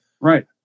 Right